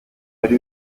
wari